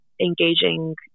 engaging